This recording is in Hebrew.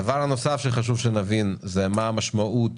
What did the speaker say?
הדבר הנוסף שחשוב שנבין זה מה המשמעות